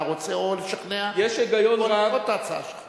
רוצה או לשכנע אותי למרות ההצעה שלך.